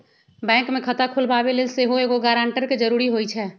bank में खता खोलबाबे लेल सेहो एगो गरानटर के जरूरी होइ छै